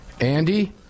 Andy